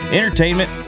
entertainment